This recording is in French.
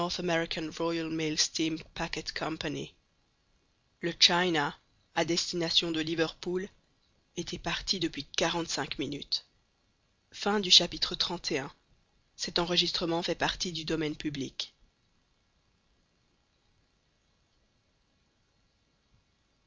le china à destination de liverpool était parti depuis quarante-cinq minutes